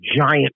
giant